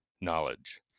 knowledge